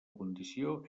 condició